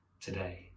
today